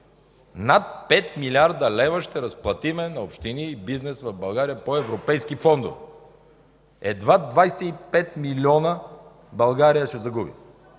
над 5 млрд. лв. ще разплатим на общини и бизнес в България по европейски фондове. Едва 25 милиона ще загуби